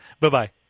Bye-bye